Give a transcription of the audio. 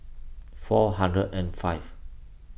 four hundred and five